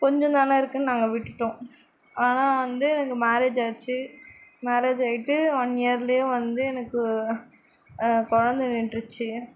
கொஞ்சம் தானே இருக்குன்னு நாங்கள் விட்டுட்டோம் ஆனால் வந்து எனக்கு மேரேஜ் ஆகிருச்சி மேரேஜ் ஆகிட்டு ஒன் இயர்லேயே வந்து எனக்கு கொழந்தை நின்றுடுச்சி